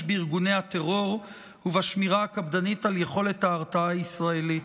בארגוני הטרור ובשמירה קפדנית על יכולת ההרתעה הישראלית.